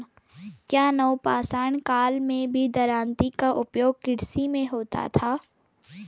क्या नवपाषाण काल में भी दरांती का उपयोग कृषि में होता था?